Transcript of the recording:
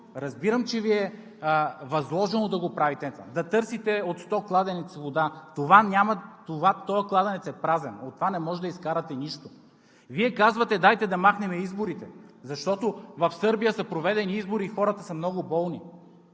Разбирам, че Ви е възложено да го правите, да търсите от сто кладенеца вода, този кладенец е празен, от това не може да изкарате нищо. Вие казвате: дайте да махнем изборите, защото в Сърбия са проведени избори и хората са много болни.